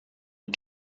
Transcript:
les